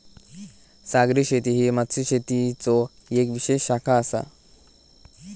सागरी शेती ही मत्स्यशेतीचो येक विशेष शाखा आसा